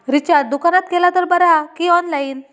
Recharge दुकानात केला तर बरा की ऑनलाइन?